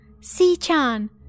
Si-chan